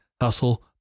Hustle